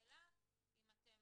השאלה אם אתם